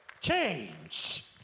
Change